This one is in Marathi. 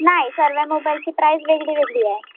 नाही सर्व मोबाईलची प्राईस वेगळीवेगळी आहे